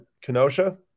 Kenosha